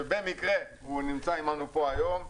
שבמקרה נמצא עמנו פה היום,